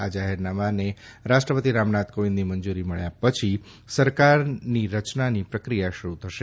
આ જાહેરનામાને રાષ્ટ્રપતિ રામનાથ કોવિંદની મંજૂરી મળ્યા પછી સરકારની રચનાની પ્રક્રિયા શરૂ થશે